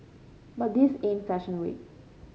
but this ain't fashion week